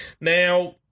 Now